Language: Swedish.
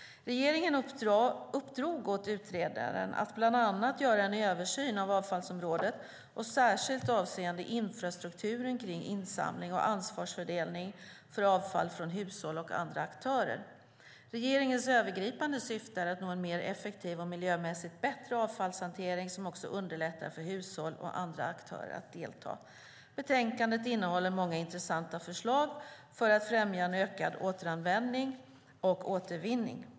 Regeringen uppdrog åt utredaren att bland annat göra en översyn av avfallsområdet, särskilt avseende infrastrukturen kring insamling, och ansvarsfördelning för avfall från hushåll och andra aktörer. Regeringens övergripande syfte är att nå en mer effektiv och miljömässigt bättre avfallshantering som också underlättar för hushåll och andra aktörer att delta. Betänkandet innehåller många intressanta förslag för att främja en ökad återanvändning och återvinning.